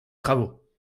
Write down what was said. travaux